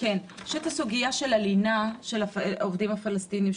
יש את סוגיית הלינה של העובדים הפלסטינים,